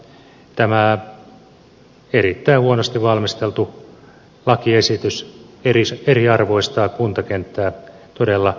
tämä erittäin huonosti valmisteltu lakiesitys eriarvoistaa kuntakenttää todella rajusti